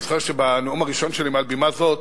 אני זוכר שבנאום הראשון שלי מעל בימה זאת